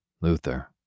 Luther